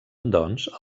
doncs